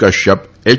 Kashyap H